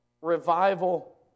Revival